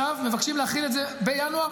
מבקשים להחיל את זה בינואר,